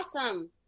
awesome